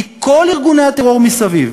כי כל ארגוני הטרור מסביב